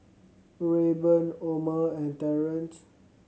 Rayburn Omer and Terence